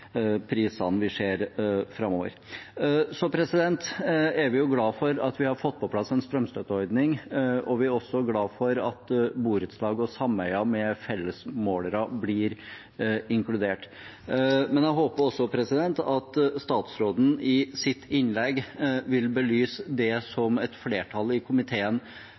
prisene vi ser framover. Vi er glad for at vi har fått på plass en strømstøtteordning, og vi er også glad for at borettslag og sameier med fellesmålere blir inkludert. Jeg håper statsråden i sitt innlegg vil belyse det et flertall i komiteen